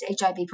HIV